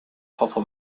propre